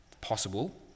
possible